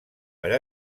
per